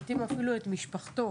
לעתים אפילו את משפחתו,